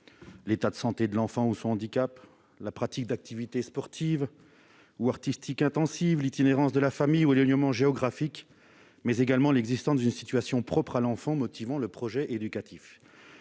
l'état de santé de l'enfant ou son handicap, la pratique d'activités sportives ou artistiques intensives, l'itinérance de la famille ou l'éloignement géographique, mais également l'existence d'une situation propre à l'enfant motivant le projet éducatif.